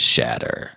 Shatter